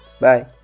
Bye